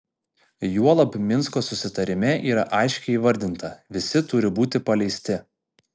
juolab minsko susitarime yra aiškiai įvardinta visi turi būti paleisti